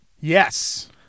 Yes